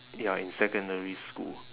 ya in secondary school